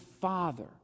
Father